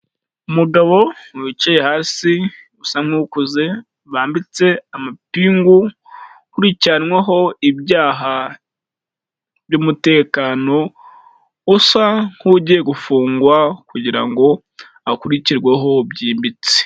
Umugabo wicaye hasi usa nk'ukuze bambitse amapingu, ukurikiranwaho ibyaha by'umutekano, usa nk'ugiye gufungwa kugira ngo akurikirweho byimbitse.